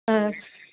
ம்